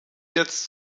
jetzt